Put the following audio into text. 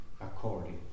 according